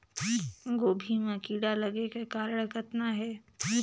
गोभी म कीड़ा लगे के कारण कतना हे?